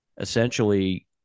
essentially